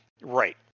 right